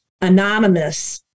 anonymous